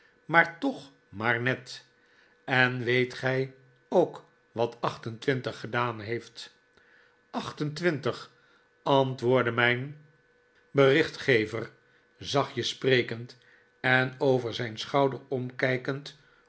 maar toch maar net en weet gij ook wat acht en twintig gedaan heeft acht en twintig antwoordde mijn berichtgever zachtjes sprekend en over zijn schouder omkijkend